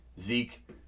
Zeke